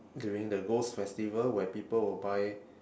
during the ghost festival where people will buy